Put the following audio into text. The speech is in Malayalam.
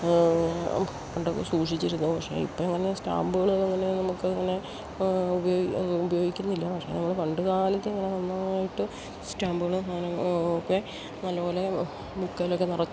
പണ്ടൊക്കെ സൂക്ഷിച്ചിരുന്നു പക്ഷെ ഇപ്പം എങ്ങനെ സ്റ്റാമ്പുകള് അങ്ങനെ നമ്മുക്ക് അങ്ങനെ ഉപയോഗിക്കുന്നില്ല പക്ഷെ നമ്മൾ പണ്ട് കാലത്ത് ഇങ്ങനെ നന്നായിട്ട് സ്റ്റാമ്പുകൾ ഒക്കെ നല്ലപോലെ ബുക്കേലൊക്കെ നിറച്ച്